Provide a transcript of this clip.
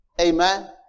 amen